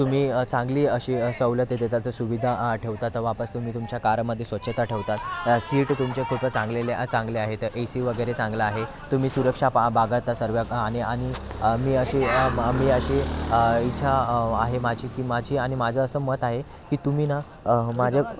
तुम्ही चांगली अशी सवलती देतात सुविधा ठेवतात वापस तुम्ही तुमच्या कारमध्ये स्वच्छता ठेवता सीट तुमच्या खूप चांगलेल्या चांगल्या आहेत एसी वगैरे चांगला आहे तुम्ही सुरक्षा बा बाळगता सर्व आणि आणि मी अशी मी अशी इच्छा आहे माझी की माझी आणि माझं असं मत आहे की तुम्ही ना माझ्या